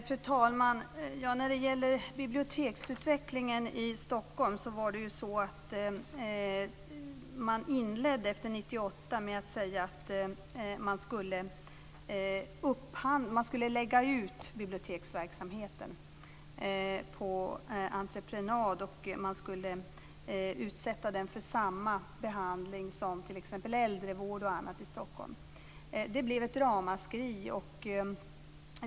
Fru talman! När det gäller biblioteksutvecklingen i Stockholm inledde man 1998 med att säga att biblioteksverksamheten skulle läggas ut på entreprenad. Den skulle utsättas för samma behandling som t.ex. Det blev då ett ramaskri.